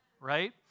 right